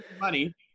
money